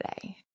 today